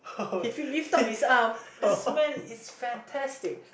he feel lift up his arm the smell is fantastic